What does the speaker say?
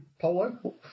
polo